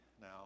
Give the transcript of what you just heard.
now